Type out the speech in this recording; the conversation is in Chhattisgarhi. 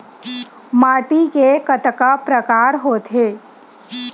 माटी के कतका प्रकार होथे?